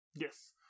Yes